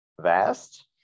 vast